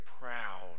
proud